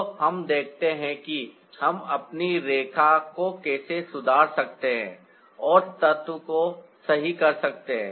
तो हम देखते हैं कि हम अपनी रेखा को कैसे सुधार सकते हैं और तत्व को सही कर सकते हैं